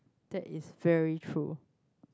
that is very true